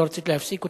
לא רציתי להפסיק אותו,